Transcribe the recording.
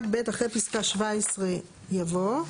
" (1ב)אחרי פסקה (17) יבוא: